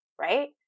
right